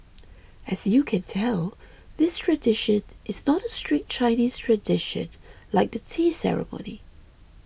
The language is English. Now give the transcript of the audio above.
as you can tell this tradition is not a strict Chinese tradition like the tea ceremony